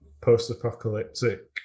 post-apocalyptic